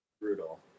Brutal